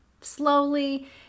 slowly